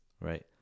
Right